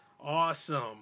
awesome